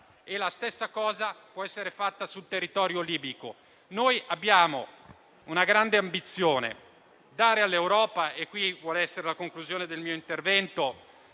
La stessa cosa può essere fatta sul territorio libico. Noi abbiamo una grande ambizione: dare all'Europa - questa vuole essere la conclusione del mio intervento